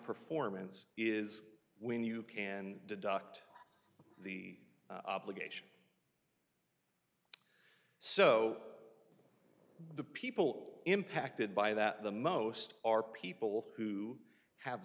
performance is when you can deduct the obligation so the people impacted by that the most are people who have